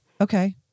Okay